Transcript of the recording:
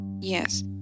Yes